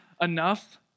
enough